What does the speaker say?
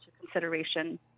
consideration